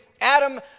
Adam